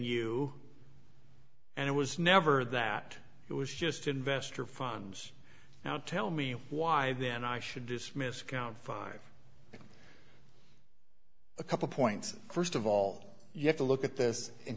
you and it was never that it was just investor funds now tell me why then i should dismiss count five a couple points first of all you have to look at this in